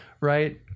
right